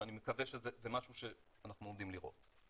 כך שאני מקווה שזה משהו שאנחנו עומדים לראות.